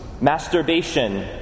masturbation